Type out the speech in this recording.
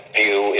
view